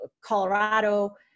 Colorado